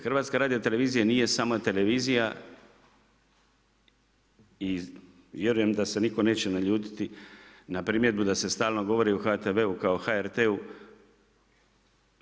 Hrvatska radiotelevizija nije samo televizija i vjerujem da se nitko neće naljutiti na primjedbu da se stalno govori o HTV-u kao HRT-u.